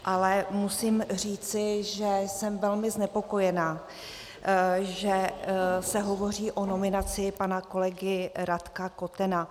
Ale musím říct, že jsem velmi znepokojená, že se hovoří o nominaci pana kolegy Radka Kotena.